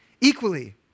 equally